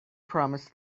promised